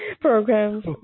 programs